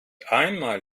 einmal